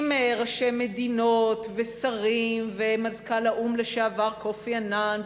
עם ראשי מדינות ושרים ומזכ"ל האו"ם לשעבר קופי אנאן,